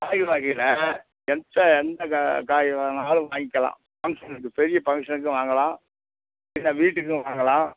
காய் வகையில் எந்த எந்த கா காய் வேணுணாலும் வாங்கிக்கலாம் ஃபங்க்ஷனுக்கு பெரிய ஃபங்க்ஷனுக்கும் வாங்கலாம் இல்லை வீட்டுக்கும் வாங்கலாம்